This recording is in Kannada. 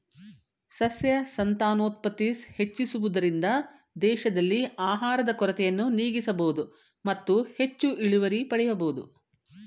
ಸಸ್ಯ ಸಂತಾನೋತ್ಪತ್ತಿ ಹೆಚ್ಚಿಸುವುದರಿಂದ ದೇಶದಲ್ಲಿ ಆಹಾರದ ಕೊರತೆಯನ್ನು ನೀಗಿಸಬೋದು ಮತ್ತು ಹೆಚ್ಚು ಇಳುವರಿ ಪಡೆಯಬೋದು